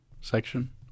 section